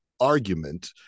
argument